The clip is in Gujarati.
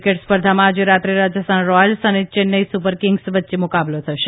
ક્રિકેટ સ્પર્ધામાં આજે રાત્રે રાજસ્થાન રોયલ્સ અને ચેન્નાઇ સુપરકિંગ્સ વચ્ચે મુકાબલો થશે